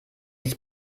ist